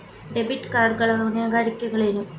Debit card ಗಳ ಹೊಣೆಗಾರಿಕೆಗಳೇನು?